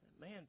Man